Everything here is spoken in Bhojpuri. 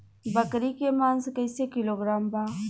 बकरी के मांस कईसे किलोग्राम बा?